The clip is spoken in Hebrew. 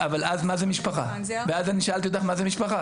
ואז אני שאלתי אותך מה זה משפחה?